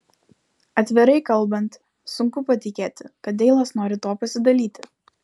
atvirai kalbant sunku patikėti kad deilas nori tuo pasidalyti